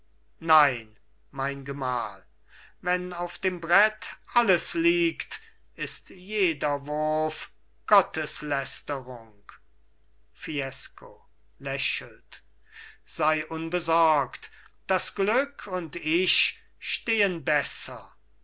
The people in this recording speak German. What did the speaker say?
nein mein gemahl wenn auf dem brett alles liegt ist jeder wurf gotteslästerung fiesco lächelt sei unbesorgt das glück und ich stehen besser